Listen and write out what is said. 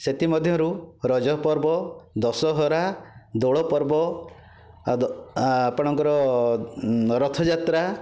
ସେଥିମଧ୍ୟରୁ ରଜ ପର୍ବ ଦଶହରା ଦୋଳ ପର୍ବ ଆଉ ଦ ଆପଣଙ୍କର ରଥଯାତ୍ରା